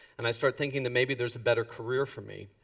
and i start thinking that maybe there's a better career for me.